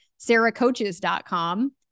sarahcoaches.com